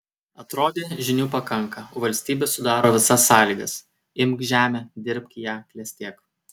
atrodė žinių pakanka valstybė sudaro visas sąlygas imk žemę dirbk ją klestėk